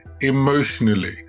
emotionally